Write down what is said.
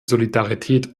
solidarität